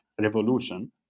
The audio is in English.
revolution